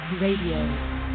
Radio